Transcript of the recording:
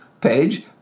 page